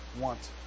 want